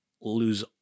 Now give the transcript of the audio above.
lose